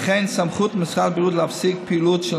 וכן סמכות למשרד הבריאות להפסיק פעילות של